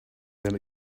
that